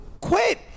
quit